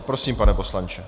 Prosím, pane poslanče.